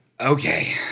Okay